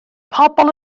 pobl